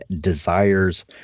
desires